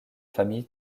famille